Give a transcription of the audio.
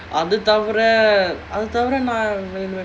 அது தவிர அது தவிர நான்:adhu thavira adhu thavira naan